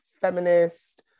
feminist